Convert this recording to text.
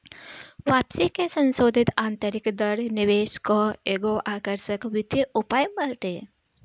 वापसी के संसोधित आतंरिक दर निवेश कअ एगो आकर्षक वित्तीय उपाय बाटे